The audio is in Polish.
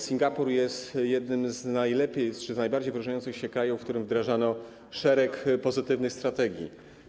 Singapur jest jednym z najlepiej czy najbardziej wyróżniających się krajów, w którym wdrażano szereg pozytywnych strategii.